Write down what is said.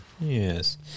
yes